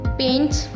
paints